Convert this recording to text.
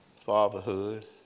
Fatherhood